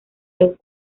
los